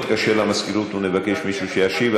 אנחנו בכל זאת נתקשר למזכירות ונבקש מישהו שישיב,